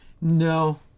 No